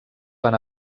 van